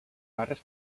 barres